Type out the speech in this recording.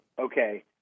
Okay